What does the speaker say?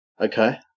Okay